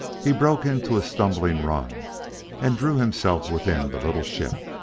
he broke into a stumbling run and drew himself within the little ship.